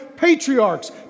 Patriarchs